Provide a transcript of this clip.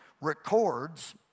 records